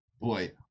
Boy